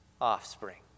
offspring